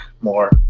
more